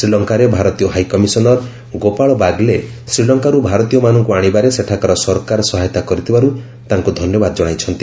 ଶ୍ରୀଲଙ୍କାରେ ଭାରତୀୟ ହାଇକମିଶନର ଗୋପାଳ ବାଗଲେ ଶ୍ରୀଲଙ୍କାରୁ ଭାରତୀୟମାନଙ୍କୁ ଆଣିବାରେ ସେଠାକାର ସରକାର ସହାୟତା କରିଥିବାରୁ ତାଙ୍କୁ ଧନ୍ୟବାଦ ଜଣାଇଛନ୍ତି